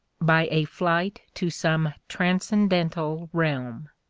by a flight to some transcendental realm.